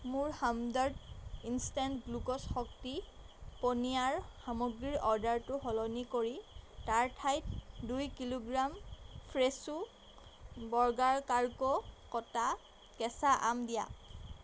মোৰ Hamdard instant glucose শক্তি পনীয়াৰ সামগ্ৰীৰ অৰ্ডাৰটো সলনি কৰি তাৰ ঠাইত দুই কিলোগ্ৰাম ফ্ৰেছো বৰ্গাকাৰকৈ কটা কেঁচা আম দিয়া